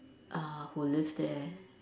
uh who live there